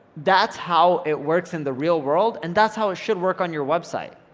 that's how it works in the real world, and that's how it should work on your website.